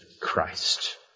Christ